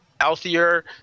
healthier